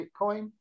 Bitcoin